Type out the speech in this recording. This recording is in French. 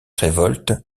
révolte